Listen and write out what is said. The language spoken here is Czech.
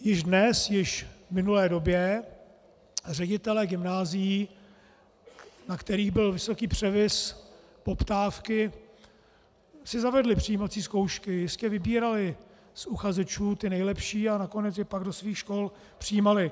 Již dnes, již v minulé době ředitelé gymnázií, na kterých byl vysoký převis poptávky, si zavedli přijímací zkoušky, jistě vybírali z uchazečů ty nejlepší a nakonec je pak do svých škol přijímali.